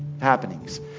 happenings